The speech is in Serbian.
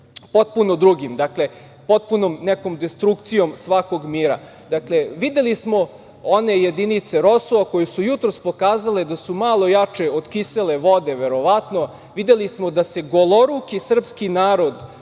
potpuno drugim, dakle, potpunom nekom destrukcijom svakog mira. Dakle, videli smo one jedinice ROSU koje su jutros pokazale da su malo jače od kisele vode, verovatno. Videli smo da se goloruki srpski narod